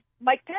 Mike